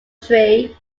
tree